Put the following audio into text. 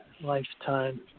lifetime